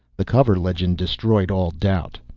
the cover legend destroyed all doubt.